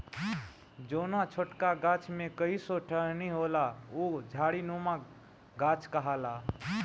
जौना छोटका गाछ में कई ठो टहनी होला उ झाड़ीनुमा गाछ कहाला